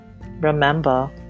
remember